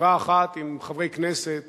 בחברה אחת עם חברי כנסת